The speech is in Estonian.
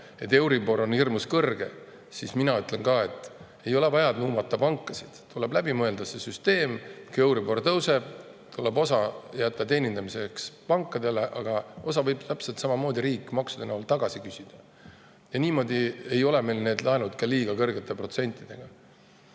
et euribor on hirmus kõrge, siis mina ütlen ka, et ei ole vaja nuumata pankasid, tuleb läbi mõelda see süsteem. Kui euribor tõuseb, tuleb osa jätta teenindamiseks pankadele, aga osa võib täpselt samamoodi riik maksude näol tagasi küsida. Ja niimoodi ei ole meil laenud liiga kõrgete protsentidega. Aga